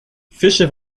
fische